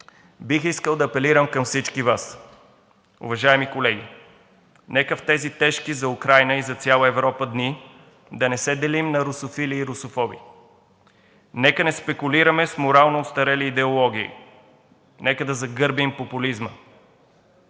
Бих искал да апелирам към всички Вас – уважаеми колеги, нека в тези тежки за Украйна и за цяла Европа дни да не се делим на русофили и русофоби, нека да не спекулираме с морално остарели идеологии, нека да загърбим популизма,